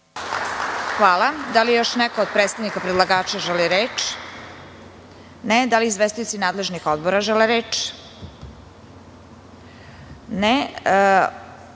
Hvala. Da li još neko od predstavnika predlagača želi reč? (Ne)Da li izvestioci nadležnih odbora žele reč?